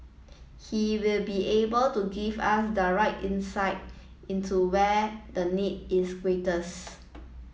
he will be able to give us direct insight into where the need is greatest